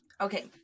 Okay